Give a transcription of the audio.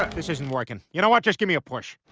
this isn't working. you know, what just give me a push